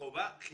חובה חינם.